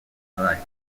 knife